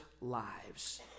lives